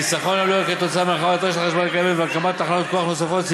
חיסכון בעלויות כתוצאה מהרחבת רשת החשמל הקיימת והקמת תחנות כוח נוספות,